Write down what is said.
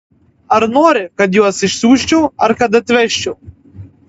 ar nori kad juos išsiųsčiau ar kad atvežčiau